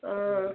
অ'